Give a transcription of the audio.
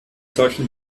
solchen